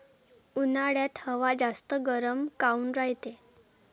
उन्हाळ्यात हवा जास्त गरम काऊन रायते?